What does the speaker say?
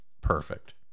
perfect